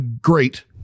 great